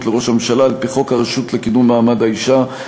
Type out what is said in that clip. לראש הממשלה על-פי חוק הרשות לקידום מעמד האישה,